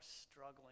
struggling